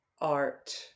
art